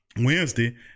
Wednesday